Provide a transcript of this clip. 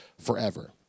forever